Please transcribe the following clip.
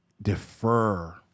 defer